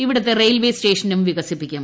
ഇവിടത്തെ റെയിൽവേ സ്റ്റേഷനും വികസിപ്പിക്കും